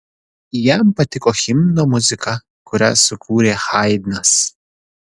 jam patiko himno muzika kurią sukūrė haidnas